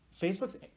Facebook's